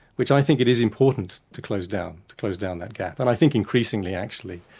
which i think it is important to close down, to close down that gap. but i think increasingly actually,